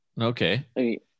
Okay